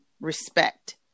respect